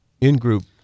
in-group